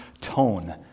tone